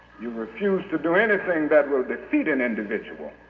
you refuse to do anything that will defeat an individual,